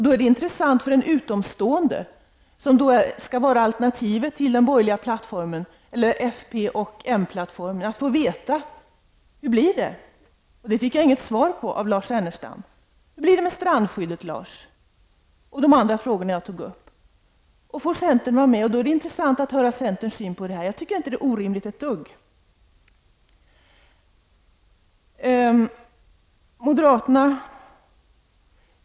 Då är det intressant för en utomstående, som då skall vara alternativet till den folkpartistiska och moderata plattformen, att få veta hur det blir. Det fick jag inget svar på från Lars Ernestam, och de andra frågorna som jag tog upp? Får centern vara med? Då är det intressant att höra centerns syn på detta. Jag tycker inte att det är ett dugg orimligt.